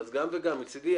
אז גם וגם מצדי,